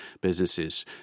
businesses